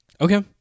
Okay